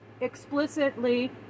explicitly